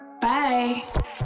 Bye